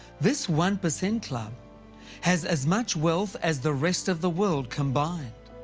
this one percent club has as much wealth as the rest of the world combined.